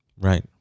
Right